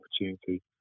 opportunity